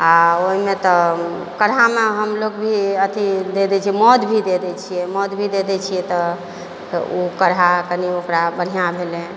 आ ओहिमे तऽ काढ़मे हम लोग भी अथी दऽ दै छियै मधु भी दऽ दै छियै मधु भी दऽ दै छियै तऽ ओ काढ़ा कनि ओकरा बढ़िआँ भेलै